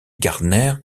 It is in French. gardner